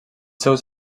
seus